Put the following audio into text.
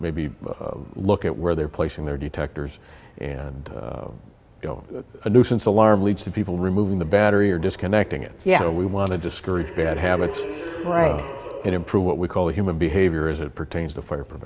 maybe look at where they're placing their detectors and a nuisance alarm leads to people removing the battery or disconnecting it yeah we want to discourage bad habits and improve what we call human behavior as it pertains to fire